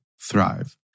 Thrive